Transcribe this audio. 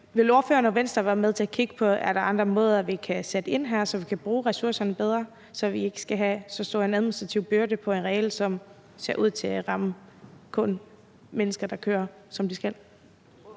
Vil ordføreren og Venstre være med til at kigge på, om der er andre måder, vi kan sætte ind på her, så vi kan bruge ressourcerne bedre; så vi ikke skal have så stor en administrativ byrde på en regel, som ser ud til kun at ramme mennesker, der kører, som de skal?